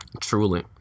Truly